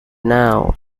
now